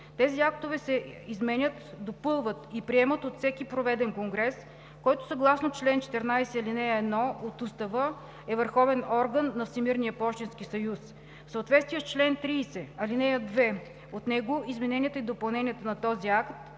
Тези актове се изменят, допълват и приемат от всеки проведен конгрес, който съгласно чл. 14, ал. 1 от Устава е върховен орган на Всемирния пощенски съюз. В съответствие с чл. 30, ал. 2 от него измененията и допълненията на този акт,